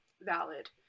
valid